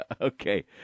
Okay